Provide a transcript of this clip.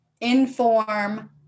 inform